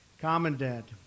Commandant